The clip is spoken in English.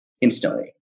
instantly